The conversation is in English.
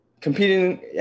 Competing